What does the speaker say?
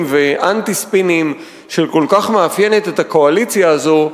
ואנטי-ספינים שכל כך מאפיינת את הקואליציה הזו,